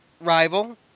rival